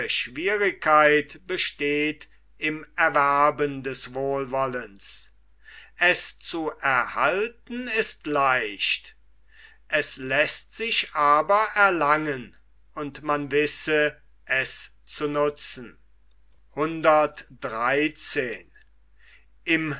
schwierigkeit besteht im erwerben des wohlwollens es zu erhalten ist leicht es läßt sich aber erlangen und man wisse es zu nutzen